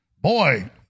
Boy